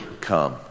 come